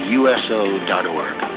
uso.org